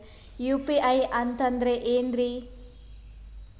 UPI ಅಂತಂದ್ರೆ ಏನ್ರೀ?